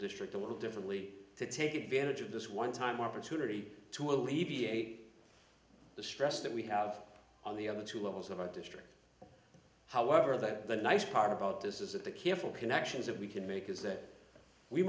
district a little differently to take advantage of this one time opportunity to alleviate the stress that we have on the other two levels of our district however that the nice part about this is that the careful connections that we can make is that we